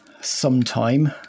sometime